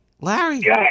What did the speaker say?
Larry